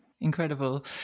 incredible